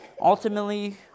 Ultimately